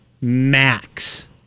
Max